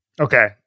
Okay